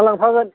लांफागोन